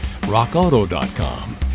RockAuto.com